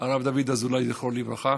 הרב דוד אזולאי, זכרו לברכה,